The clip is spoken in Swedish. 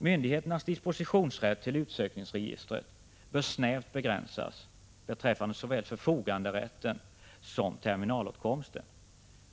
Myndigheternas dispositionsrätt till utsökningsregistret bör snävt begränsas beträffande såväl förfoganderätten som terminalåtkomsten.